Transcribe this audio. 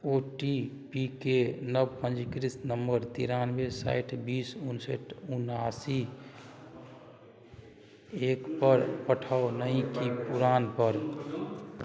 ओ T P के नब पंजीकृत नम्बर तेरानबे साठि बीस उनसैठ उनासी एक पर पठाउ नहि कि पुरान पर